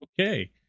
Okay